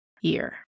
year